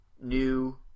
new